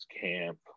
camp